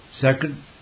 Second